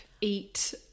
eat